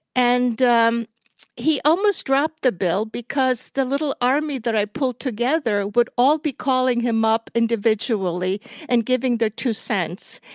and um he almost dropped the bill because the little army that i pulled together would all be calling him up individually and giving their two cents,